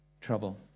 trouble